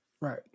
Right